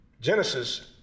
Genesis